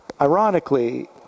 Ironically